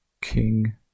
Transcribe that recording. king